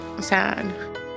sad